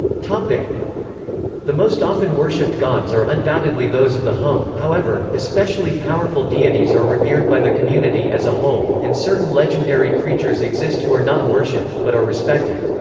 like the most-often worshiped gods are undoubtedly those of the home however, especially powerful deities are revered by the community as a whole, and certain legendary creatures exist who are not worshiped, but are respected.